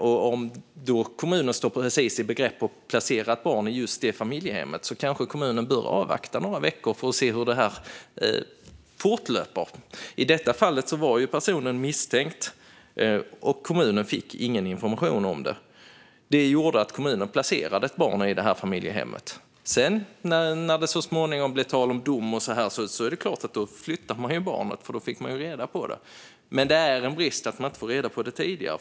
Om kommunen då står i begrepp att placera ett barn i just det familjehemmet kanske kommunen bör avvakta några veckor för att se hur det fortlöper. I detta fall var personen misstänkt, och kommunen fick ingen information om det. Det gjorde att kommunen placerade ett barn i familjehemmet. När det så småningom blev tal om dom flyttade man barnet, för då fick man reda på det. Men det är en brist att man inte fick reda på det tidigare.